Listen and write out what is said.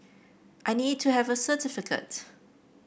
I need to have a certificate